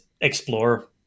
explore